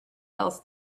else